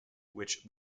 which